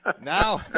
now